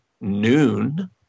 noon